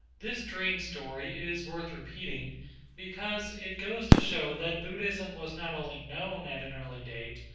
this dream story is worth repeating because it goes to show that buddhism was not only known at an early date,